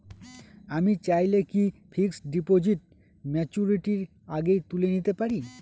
আমি চাইলে কি ফিক্সড ডিপোজিট ম্যাচুরিটির আগেই তুলে নিতে পারি?